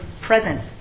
presence